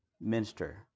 minister